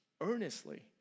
earnestly